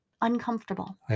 uncomfortable